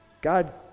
God